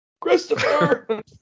Christopher